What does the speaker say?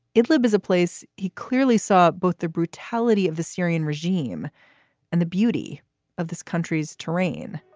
it lib. is a place he clearly saw both the brutality of the syrian regime and the beauty of this country's terrain